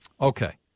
Okay